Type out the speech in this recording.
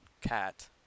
cat